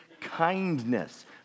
kindness